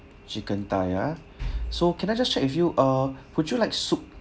chicken thigh uh so can I just check with you uh would you like soup